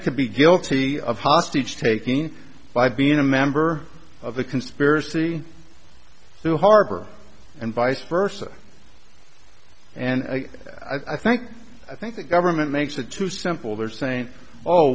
that could be guilty of hostage taking by being a member of the conspiracy to harbor and vice versa and i think i think the government makes that too simple they're saying oh